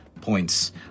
points